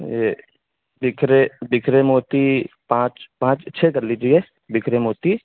یہ بکھرے بکھرے موتی پانچ پانچ چھ کر لیجیے بکھرے موتی